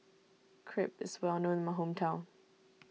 Crepe is well known in my hometown